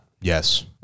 Yes